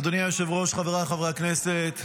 אדוני היושב-ראש, חבריי חברי הכנסת,